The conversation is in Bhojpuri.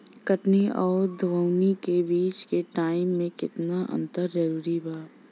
कटनी आउर दऊनी के बीच के टाइम मे केतना अंतर जरूरी बा?